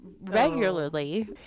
regularly